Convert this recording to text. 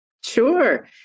Sure